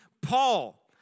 Paul